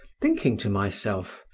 thinking to myself,